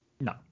no